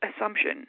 assumption